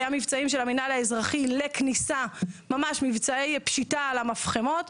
היו מבצעים של המינהל האזרחי לכניסה ממש מבצעי פשיטה על המפחמות,